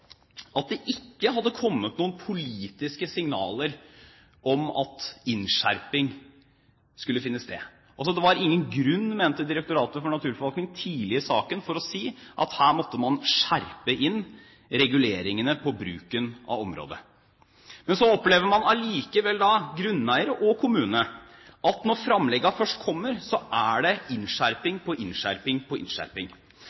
at det ikke hadde kommet noen politiske signaler om at innskjerping skulle finne sted. Det var ingen grunn, mente Direktoratet for naturforvaltning tidlig i saken, for å si at her måtte man skjerpe inn reguleringene på bruken av området. Men så opplever man allikevel – grunneiere og kommune – at når framleggene først kommer, er det